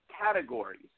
categories